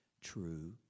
True